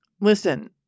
Listen